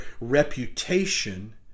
reputation